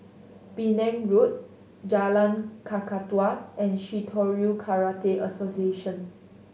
Penang Road Jalan Kakatua and Shitoryu Karate Association